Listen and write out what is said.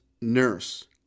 nurse